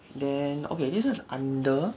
then okay this one is under